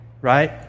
right